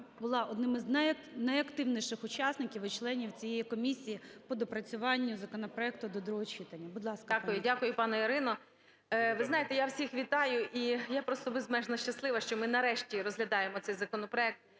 була одним із найактивніших учасників і членів цієї комісії по доопрацюванню законопроекту до другого читання. Будь ласка. 13:48:57 БІЛОЗІР О.В. Дякую, дякую, пані Ірино. Ви знаєте, я всіх вітаю, і я просто безмежно щаслива, що ми нарешті розглядаємо цей законопроект.